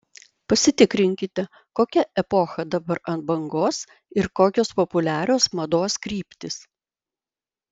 pasitikrinkite kokia epocha dabar ant bangos ir kokios populiarios mados kryptys